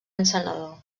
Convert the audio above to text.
encenedor